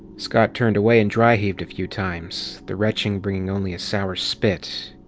scott turned away and dry-heaved a few times, the retching bringing only sour spit.